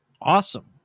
Awesome